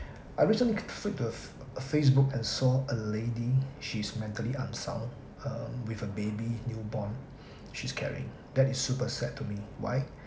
I recently flipped the f~ facebook and saw a lady she's mentally unsound um with a baby newborn she's carrying that is super sad to me why